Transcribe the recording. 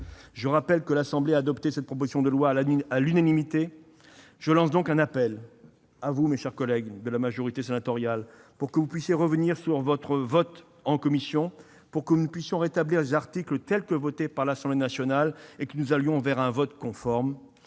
Je rappelle que l'Assemblée a adopté la proposition de loi à l'unanimité. Je lance donc un appel à mes collègues de la majorité sénatoriale pour qu'ils reviennent sur leur vote en commission, afin que nous puissions rétablir les articles tels qu'adoptés par l'Assemblée nationale et nous diriger vers un vote conforme.